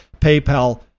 PayPal